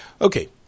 okay